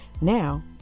Now